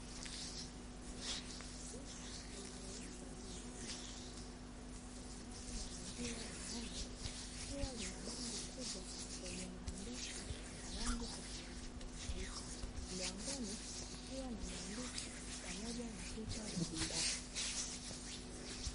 Duka linalouza bidhaa mbalimbali zitokanazo na maziwa ya ng'ombe, ikiwa lina bango kubwa lenye maandishi na rangi tofautitofauti. Mlangoni kukiwa na maandishi pamoja na picha mbalimbali.